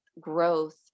growth